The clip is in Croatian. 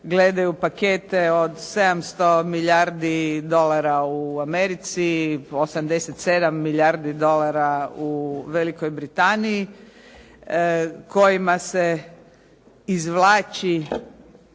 gledaju pakete od 700 milijardi dolara, u Americi 87 milijardi dolara, u Velikoj Britaniji, kojima se izvlači,